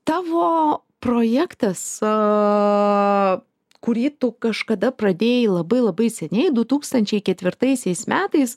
tavo projektas a kurį tu kažkada pradėjai labai labai seniai du tūkstančiai ketvirtaisiais metais